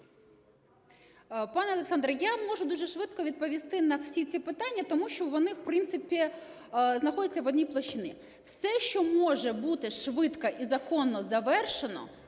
Пане Олександре, я можу дуже швидко відповісти на всі ці питання, тому що вони в принципі знаходяться в одній площині. Все, що може бути швидко і законно завершено,